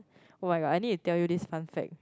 oh my god I need to tell you this fun fact